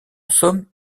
somme